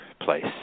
place